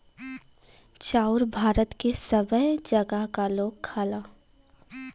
चाउर भारत के सबै जगह क लोग खाला